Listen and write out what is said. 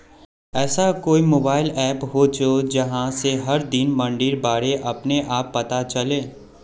ऐसा कोई mobile app होचे जहा से हर दिन मंडीर बारे अपने आप पता चले?